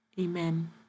amen